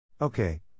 Okay